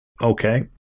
Okay